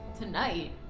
Tonight